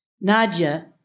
Nadia